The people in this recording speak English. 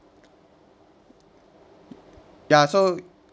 ya so